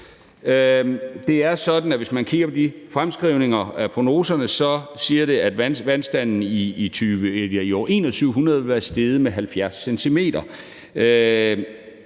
Det er sådan, hvis man kigger på fremskrivningerne af prognoserne, at de så siger, at vandstanden i år 2100 vil være steget med 70 cm.